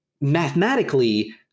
mathematically